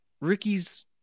Ricky's